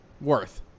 Worth